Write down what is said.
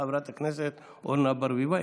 חברת הכנסת אורנה ברביבאי,